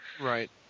Right